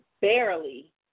barely